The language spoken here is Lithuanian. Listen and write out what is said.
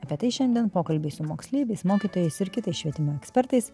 apie tai šiandien pokalbiai su moksleiviais mokytojais ir kitais švietimo ekspertais